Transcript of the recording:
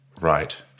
Right